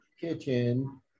kitchen